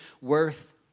worth